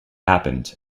happened